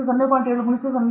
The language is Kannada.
7 ಆಗಿರುತ್ತದೆ ಅದು 0